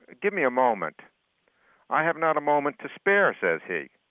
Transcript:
ah give me a moment i have not a moment to spare says he.